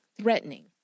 threatening